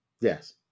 yes